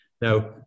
Now